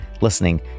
listening